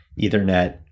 Ethernet